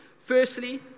Firstly